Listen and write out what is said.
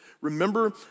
Remember